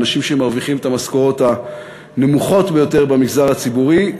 אנשים שמרוויחים את המשכורות הנמוכות ביותר במגזר הציבורי,